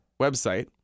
website